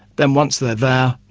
then once they're there,